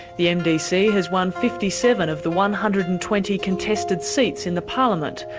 the mdc has won fifty seven of the one hundred and twenty contested seats in the parliament,